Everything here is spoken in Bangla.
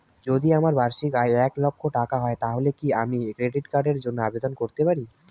যদি আমার বার্ষিক আয় এক লক্ষ টাকা হয় তাহলে কি আমি ক্রেডিট কার্ডের জন্য আবেদন করতে পারি?